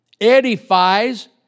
Edifies